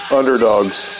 underdogs